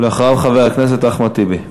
ואחריו, חבר הכנסת אחמד טיבי.